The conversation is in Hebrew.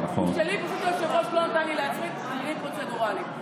פשוט היושב-ראש לא נתן לי להצמיד בגלל עניינים פרוצדורליים.